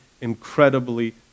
incredibly